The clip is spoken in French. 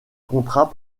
contrat